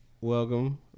Welcome